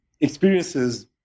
experiences